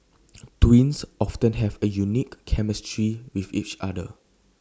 twins often have A unique chemistry with each other